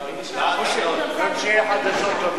ההצעה להעביר את הצעת חוק